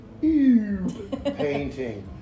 painting